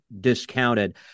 discounted